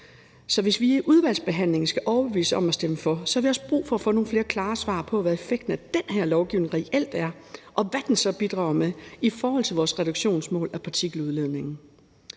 Så hvis vi i udvalgsbehandlingen skal overbevises om at stemme for, har vi også brug for at få nogle flere klare svar på, hvad effekten af den her lovgivning reelt er, og hvad den så bidrager med i forhold til vores reduktionsmål for partikeludledningen.